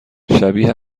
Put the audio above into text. شبیه